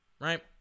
right